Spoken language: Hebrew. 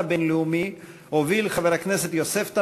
הבין-לאומי הוביל חבר הכנסת יוסף תמיר,